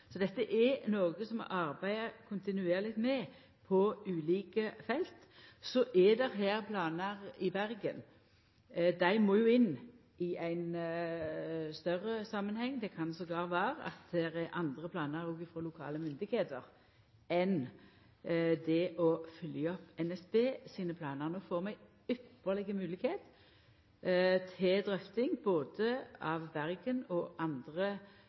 Dette er noko som vi arbeider kontinuerleg med på ulike felt. Når det gjeld planar i Bergen, må dei inn i ein større samanheng – det kan endåtil vera at det er andre planar frå lokale myndigheiter enn det å følgja opp NSB sine planar. No får vi ei ypparleg moglegheit til drøfting både av Bergen og av andre